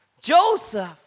Joseph